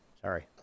sorry